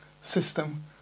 system